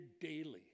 daily